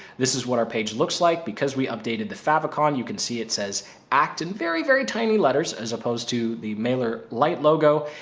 this is what our page looks like because we updated the favicon. you can see it says act in very, very tiny letters, as opposed to the mailer light logo.